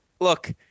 look